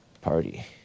Party